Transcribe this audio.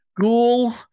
Ghoul